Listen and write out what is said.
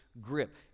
grip